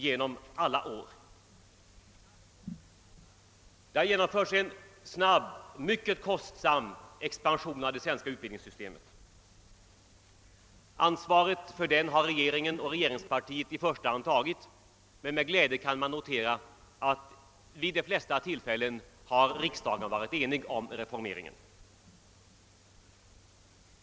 Det har genomförts en snabb, mycket kostsam expansion av det svenska utbildningssystemet. Ansvaret för den har regeringen och regeringspartiet i första hand tagit, men med glädje kan man notera att riksdagen vid de flesta tillfällena har varit enig om reformeringen.